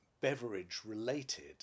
beverage-related